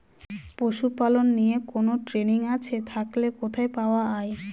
পশুপালন নিয়ে কোন ট্রেনিং আছে থাকলে কোথায় পাওয়া য়ায়?